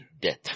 death